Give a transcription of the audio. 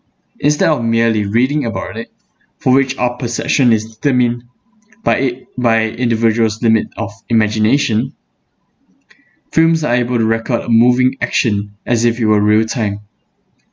instead of merely reading about it for which our perception is determined by i~ by individuals limit of imagination films are able to record moving action as if it were real